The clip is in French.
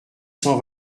cent